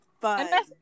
fun